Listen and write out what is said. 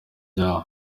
ryabo